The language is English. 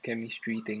chemistry thing